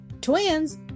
twins